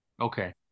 Okay